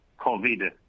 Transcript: COVID